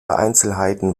einzelheiten